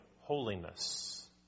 holiness